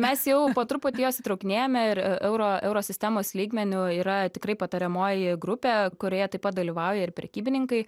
mes jau po truputį juos įtraukinėjame ir euro eurosistemos lygmeniu yra tikrai patariamoji grupė kurioje taip pat dalyvauja ir prekybininkai